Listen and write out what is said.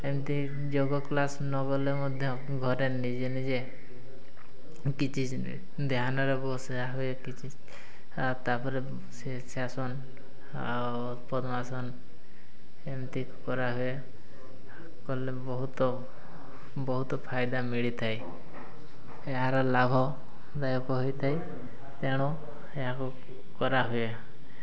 ଏମିତି ଯୋଗ କ୍ଲାସ୍ ନ ଗଲେ ମଧ୍ୟ ଘରେ ନିଜେ ନିଜେ କିଛି ଧ୍ୟାନରେ ବସା ହୁଏ କିଛି ତାପରେ ସେ ଶାସନ ଆଉ ପଦ୍ମାସନ ଏମିତି କରାହୁଏ କଲେ ବହୁତ ବହୁତ ଫାଇଦା ମିଳିଥାଏ ଏହାର ଲାଭଦାୟକ ହୋଇଥାଏ ତେଣୁ ଏହାକୁ କରାହୁଏ